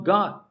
God